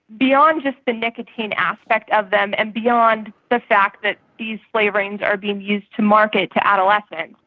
beyond just the nicotine aspect of them and beyond the fact that these flavourings are being used to market to adolescents.